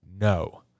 No